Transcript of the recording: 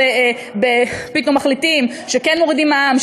ופתאום מחליטים שכן מורידים מע"מ,